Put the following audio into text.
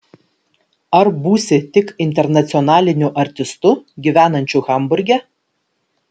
ar būsi tik internacionaliniu artistu gyvenančiu hamburge